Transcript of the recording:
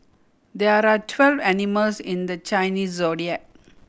there are twelve animals in the Chinese Zodiac